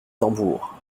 tambours